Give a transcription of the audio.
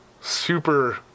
super